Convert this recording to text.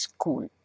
School